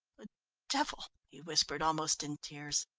devil, he whimpered, almost in tears,